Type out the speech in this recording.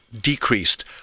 decreased